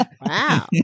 Wow